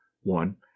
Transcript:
One